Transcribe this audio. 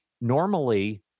normally